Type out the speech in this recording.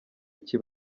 iki